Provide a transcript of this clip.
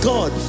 God